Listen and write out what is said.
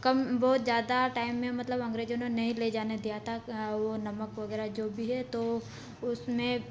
कम बहुत ज़्यादा टाइम में मतलब अंग्रेजों ने नहीं ले जाने दिया था वह नमक वगैरह जो भी है तो उसमें